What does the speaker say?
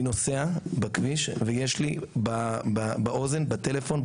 אני נוסע בכביש ויש לי באוזן בטלפון,